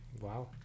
Wow